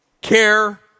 Care